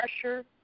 pressure